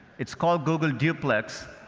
it's called google duplex.